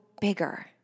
bigger